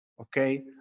Okay